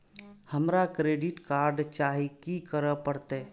हमरा credit card चाही की करे परतै?